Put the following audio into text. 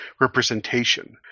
representation